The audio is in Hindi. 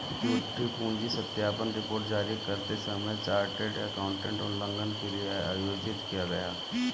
झूठी पूंजी सत्यापन रिपोर्ट जारी करते समय चार्टर्ड एकाउंटेंट उल्लंघन के लिए आयोजित किया गया